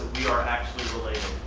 are actually related.